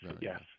Yes